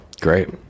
Great